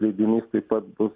leidinys taip pat bus